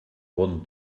bon